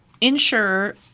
Insurer